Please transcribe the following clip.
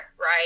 right